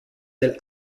ailes